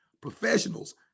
Professionals